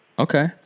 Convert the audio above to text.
okay